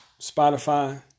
Spotify